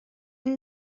این